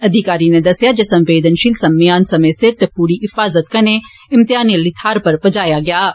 अधिकारी नै दस्सेआ जे संवेदनशील समेयान समें सिर ते पूरी हिफाजत कन्नै इम्तेयान आली थाहर उप्पर पजाया गेआ हा